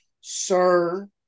sir